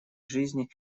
жизни